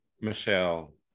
Michelle